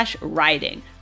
riding